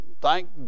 Thank